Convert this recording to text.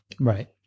Right